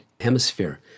hemisphere